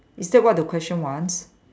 is that what the question wants